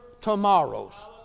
tomorrows